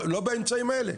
לא באמצעים האלו.